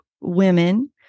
women